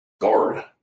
guard